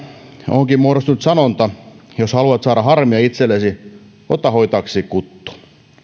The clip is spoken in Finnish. onkin muodostunut sanonta jos haluat saada harmia itsellesi ota hoitaaksesi kuttu